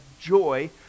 Joy